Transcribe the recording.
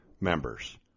members